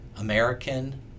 American